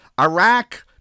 Iraq